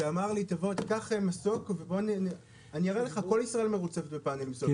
שאמר לי לקחת מסוק ושהוא יראה לי שכל ישראל מרוצפת בפאנלים סולאריים.